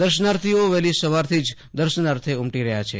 દર્શનાથીઓ વહેલી સવારથી જ દર્શનાર્થે ઉમટી રહયા છે